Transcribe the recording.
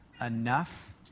enough